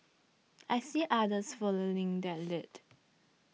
I see others following that lead